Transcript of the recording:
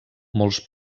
molts